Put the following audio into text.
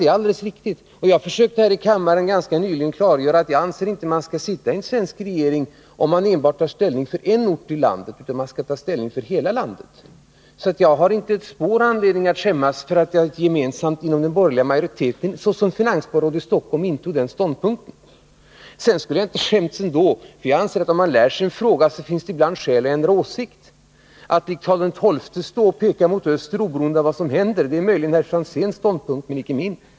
Jag har ganska nyligen försökt klargöra här i kammaren att jag inte tycker att man skall sitta i en regering, om man tar ställning till förmån för enbart en ort i landet — man skall ta ställning till hela landets bästa. Jag har därför inte ett spår av anledning att skämmas för att jag som finansborgarråd i Stockholm intog den ståndpunkt jag hade som talesman för den borgerliga majoriteten. Jag skulle dessutom inte under några förhållanden ha haft anledning att skämmas. Jag anser att det medan man studerar en fråga ibland kan uppstå anledning att ändra åsikt. Att likt Karl XII stå och peka mot öster oberoende av vad som händer är möjligen herr Franzéns ståndpunkt, men icke min.